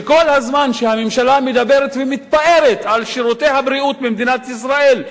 שכל הזמן הממשלה מדברת ומתפארת בשירותי הבריאות במדינת ישראל,